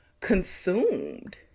consumed